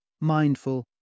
mindful